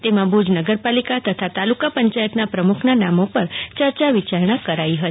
જેમાં ભુજ નગરપાલિકા તથા તાલુકા પંચાયતના પ્રમુખના નામો પર ચર્ચા વિચારણા કરાઈ હતી